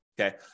Okay